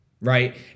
right